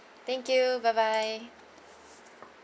thank you bye bye